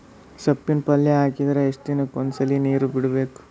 ಸೊಪ್ಪಿನ ಪಲ್ಯ ಹಾಕಿದರ ಎಷ್ಟು ದಿನಕ್ಕ ಒಂದ್ಸರಿ ನೀರು ಬಿಡಬೇಕು?